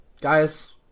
Guys